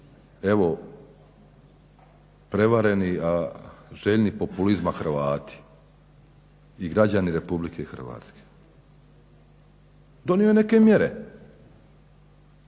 evo prevareni, a željni populizma Hrvati i građani RH. Donio je neke mjere,